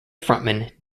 frontman